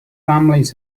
families